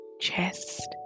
chest